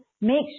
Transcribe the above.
make